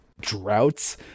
droughts